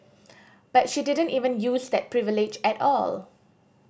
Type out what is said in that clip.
but she didn't even use that privilege at all